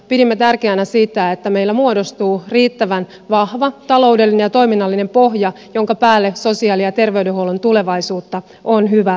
pidimme tärkeänä sitä että meillä muodostuu riittävän vahva taloudellinen ja toiminnallinen pohja jonka päälle sosiaali ja terveydenhuollon tulevaisuutta on hyvä rakentaa